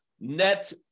net